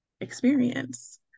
experience